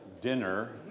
dinner